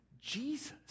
Jesus